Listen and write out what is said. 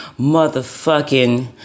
motherfucking